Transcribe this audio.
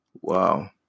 Wow